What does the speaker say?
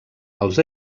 els